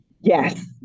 Yes